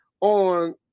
on